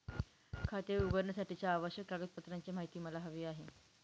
खाते उघडण्यासाठीच्या आवश्यक कागदपत्रांची माहिती मला हवी आहे